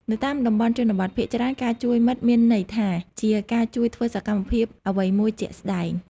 នៅតាមតំបន់ជនបទ ភាគច្រើនការជួយមិត្តមានន័យថា ជាការជួយធ្វើសកម្មភាពអ្វីមួយជាក់ស្ដែង។